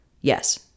Yes